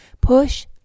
push